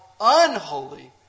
unholy